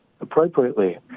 appropriately